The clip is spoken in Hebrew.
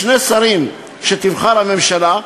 שני שרים שתבחר הממשלה,